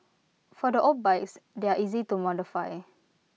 for the old bikes they're easy to modify